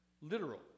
literal